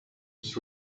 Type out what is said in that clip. was